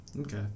Okay